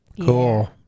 Cool